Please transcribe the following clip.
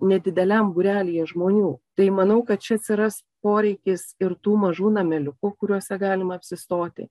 nedideliam būrelyje žmonių tai manau kad čia atsiras poreikis ir tų mažų nameliukų kuriuose galima apsistoti